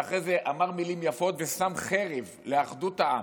ואחרי זה אמר מילים יפות ושם חרב לאחדות העם,